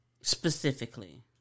Specifically